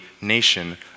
nation